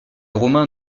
romains